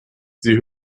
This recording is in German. sie